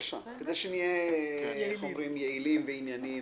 כדי שנהיה יעילים וענייניים,